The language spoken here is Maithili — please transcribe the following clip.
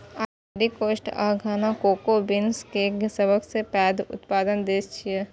आइवरी कोस्ट आ घाना कोको बीन्स केर सबसं पैघ उत्पादक देश छियै